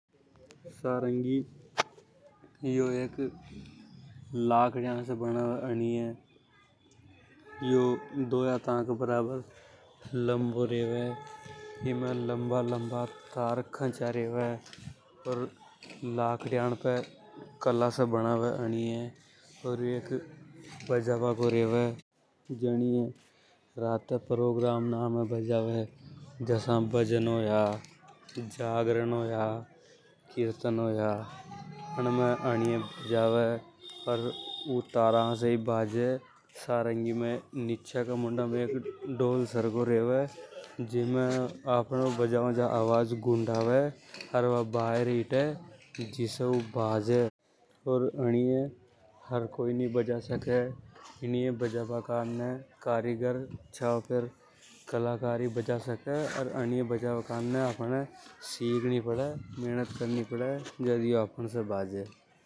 सारंगी एक लाखड़िया से बनियों रेवे। यो दोई हाथा के बराबर लंबो रेवे। इमें लंबा लंबा तर ख़ाचिया रेवे। अर लाखड़िया पे कला से बनावे अनिए। ओर 1 बजा बा को रेवे जानिए राते प्रोग्राम ना में। बजावे जसा भजन होया जागरण होया कीर्तन होया। अण में अनिए बजावे अर ऊ तारा से ही बाजे। सारंगी में नीचे ढोल सरका रेवे जीमे आवाज गुंडावे जिसे आवाज बायरे हीट। अन्यीय हर कोई नि बजा सके अन्य बजा बा करने कारीगर। या फेर कलाकार छावे अनीय बजा बा करने आपने शिख नि पड़े। मेहनत करनी पड़े।